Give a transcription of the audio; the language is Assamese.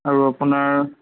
আৰু আপোনাৰ